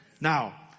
Now